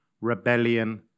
rebellion